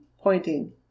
pointing